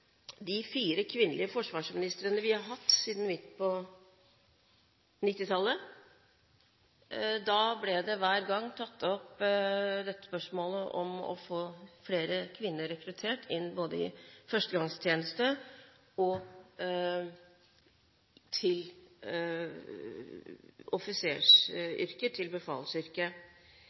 de fire kvinnelige forsvarsministrene vi har hatt siden midt på 1990-tallet. Da ble spørsmålet om å få rekruttert flere kvinner inn i førstegangstjeneste, til offisersyrket og